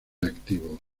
activo